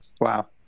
Wow